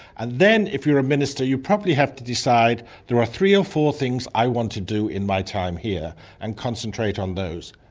and then if you're a minister you probably have to decide there are three or four things i want to in my time here and concentrate on those.